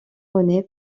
rené